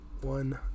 one